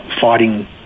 fighting